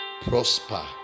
prosper